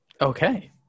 okay